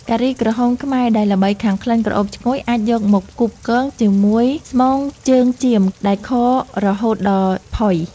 ការីក្រហមខ្មែរដែលល្បីខាងក្លិនក្រអូបឈ្ងុយអាចយកមកផ្គូផ្គងជាមួយស្មងជើងចៀមដែលខរហូតដល់ផុយ។